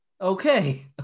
Okay